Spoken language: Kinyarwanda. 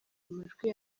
amajwi